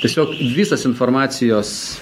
tiesiog visas informacijos